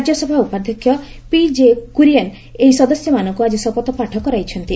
ରାକ୍ୟସଭା ଉପାଧ୍ଧକ୍ଷ ପିଜେ କୁରିଏନ୍ ଏହି ସଦସ୍ୟମାନଙ୍କୁ ଆକି ଶପଥପାଠ କରାଇଛନ୍ତି